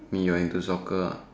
mean what you're into soccer ah